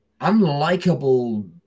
unlikable